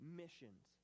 missions